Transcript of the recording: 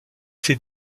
ces